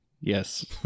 Yes